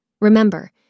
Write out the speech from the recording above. Remember